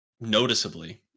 noticeably